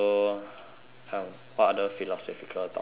come what other philosophical topics are there